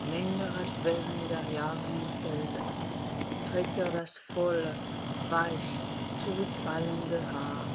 länger als während der jahre im felde trägt er das volle weich zurückfallende haar